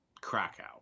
Krakow